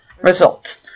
results